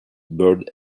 bird